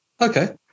okay